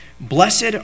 Blessed